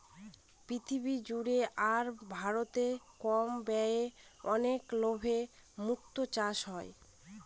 পৃথিবী জুড়ে আর ভারতে কম ব্যয়ে অনেক লাভে মুক্তো চাষ হয়